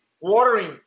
watering